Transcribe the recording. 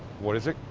what is it?